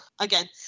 Again